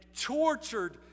tortured